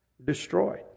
destroyed